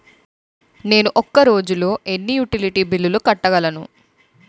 నేను ఒక రోజుల్లో ఎన్ని యుటిలిటీ బిల్లు కట్టగలను?